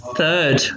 third